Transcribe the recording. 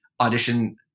audition